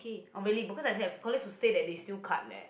oh really because I have colleague to say that they still cut leh